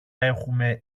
έχουμε